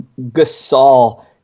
Gasol